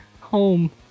home